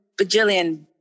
bajillion